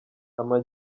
ama